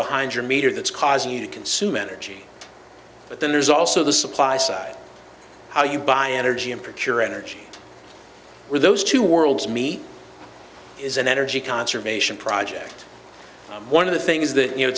behind your meter that's causing you to consume energy but then there's also the supply side how you buy energy and procure energy where those two worlds meet is an energy conservation project one of the things that you know